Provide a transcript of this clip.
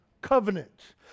Covenant